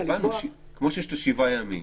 כמו שיש שבעה ימים.